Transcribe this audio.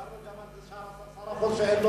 דיברנו גם על זה ששר החוץ אין לו,